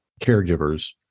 caregivers